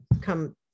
come